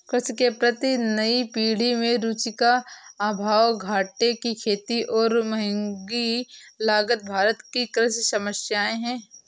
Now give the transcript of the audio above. कृषि के प्रति नई पीढ़ी में रुचि का अभाव, घाटे की खेती और महँगी लागत भारत की कृषि समस्याए हैं